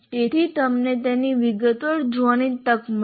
તેથી તમને તેને વિગતવાર જોવાની તક મળશે